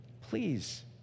Please